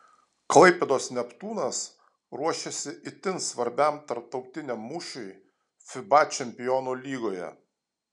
klaipėdos neptūnas ruošiasi itin svarbiam tarptautiniam mūšiui fiba čempionų lygoje